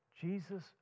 Jesus